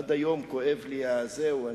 עד היום כואב לי מהלינה